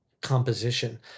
composition